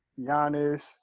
Giannis